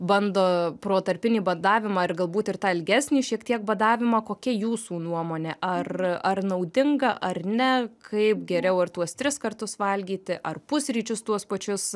bando protarpinį badavimą ir galbūt ir tą ilgesnį šiek tiek badavimą kokia jūsų nuomonė ar ar naudinga ar ne kaip geriau ar tuos tris kartus valgyti ar pusryčius tuos pačius